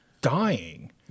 dying